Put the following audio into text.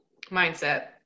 Mindset